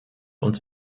uns